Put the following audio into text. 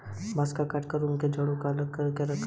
बांस को काटकर उनके जड़ों को अलग करके रखो